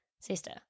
Sister